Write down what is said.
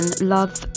love